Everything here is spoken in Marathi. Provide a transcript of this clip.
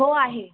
हो आहे